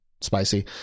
spicy